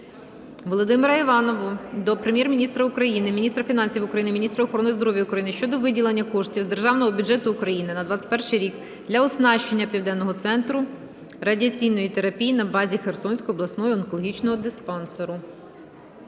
Володимира Іванова до Прем'єр-міністра України, міністра фінансів України, міністра охорони здоров'я України щодо виділення коштів з Державного бюджету України на 2021 рік для оснащення Південного центру радіаційної терапії на базі Херсонського обласного онкологічного диспансеру.